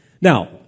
Now